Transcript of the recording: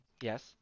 Yes